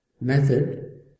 method